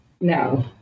no